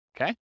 Okay